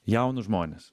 jaunus žmones